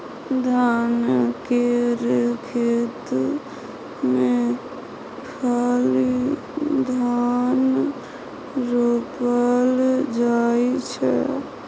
धान केर खेत मे खाली धान रोपल जाइ छै